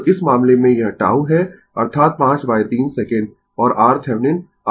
तो इस मामले में यह τ है अर्थात 53 सेकंड और RThevenin आपको 203 मिला है